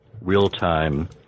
real-time